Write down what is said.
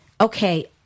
okay